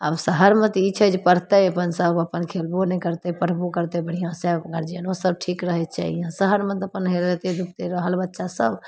आब शहरमे तऽ ई छै जे पढ़तै अपन सभ अपन खेलबो नहि करतै पढ़बो करतै बढ़िआँसे गार्जिअनोसभ ठीक रहै छै इहाँ शहरमे तऽ अपन हेलाइते धुपिते रहल बच्चासभ